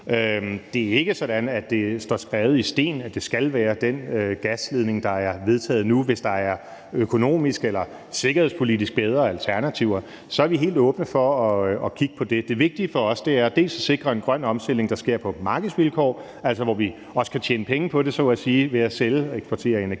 Det er ikke sådan, at det står skrevet i sten, at det skal være den gasledning, der er vedtaget nu, hvis der økonomisk eller sikkerhedspolitisk er bedre alternativer. Så er vi helt åbne over for at kigge på det. Det vigtige for os er dels at sikre en grøn omstilling, der sker på markedsvilkår, altså hvor vi også kan tjene penge på det, så at sige, ved at sælge og eksportere teknologi,